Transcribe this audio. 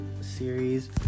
series